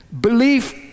belief